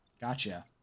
gotcha